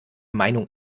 meinung